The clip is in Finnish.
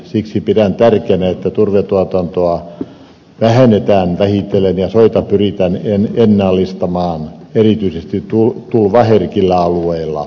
siksi pidän tärkeänä että turvetuotantoa vähennetään vähitellen ja soita pyritään ennallistamaan erityisesti tulvaherkillä alueilla